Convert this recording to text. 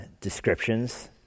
descriptions